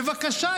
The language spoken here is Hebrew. בבקשה,